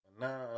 now